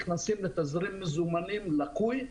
נכנסים לתזרים מזומנים לקוי.